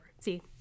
See